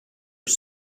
was